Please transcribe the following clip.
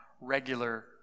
regular